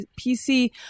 PC